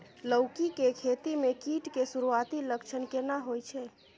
लौकी के खेती मे कीट के सुरूआती लक्षण केना होय छै?